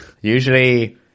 usually